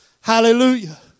Hallelujah